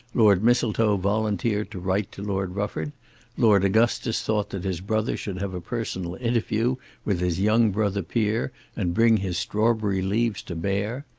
lord mistletoe volunteered to write to lord rufford lord augustus thought that his brother should have a personal interview with his young brother peer and bring his strawberry leaves to bear.